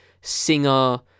singer